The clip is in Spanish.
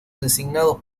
designados